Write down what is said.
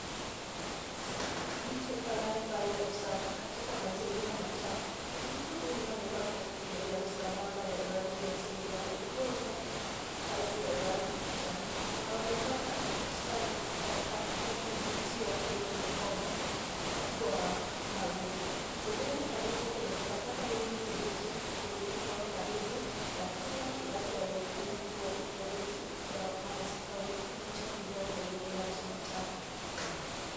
Mtu anayefanya usafi katika mazingira machafu. Mtu huyu amevaa kofia ya usalama ya rangi ya chungwa na nguo za kazi ya rangi kijani. Anaonekana akikusanya takataka na kuzitia kwenye mkoba mkubwa wa kahawia. Sehemu alipo, kuna takataka nyingi zilizorundikwa karibu na kila kinachoonekana kuwa mifereji ya maji au mto mdogo wenye maji machafu.